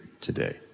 today